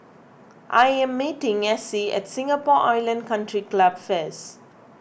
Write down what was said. I am meeting Essie at Singapore Island Country Club first